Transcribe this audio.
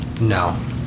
No